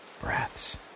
breaths